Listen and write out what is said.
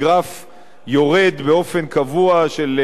יורד באופן קבוע של נתוני האבטלה,